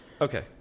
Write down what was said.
Okay